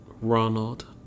Ronald